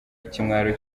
ikimwaro